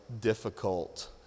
difficult